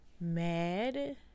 mad